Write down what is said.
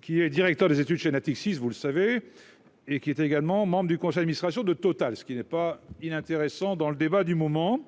qui est directeur des études chez Natexis, vous le savez, et qui était également membre du conseil administration de Total, ce qui n'est pas inintéressant dans le débat du moment